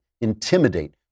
intimidate